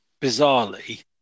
bizarrely